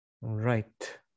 Right